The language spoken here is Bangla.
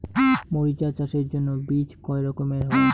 মরিচ চাষের জন্য বীজ কয় রকমের হয়?